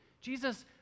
Jesus